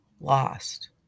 lost